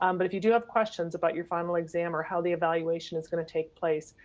um but if you do have questions about your final exam or how the evaluation is gonna take place,